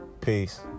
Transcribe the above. Peace